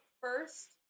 first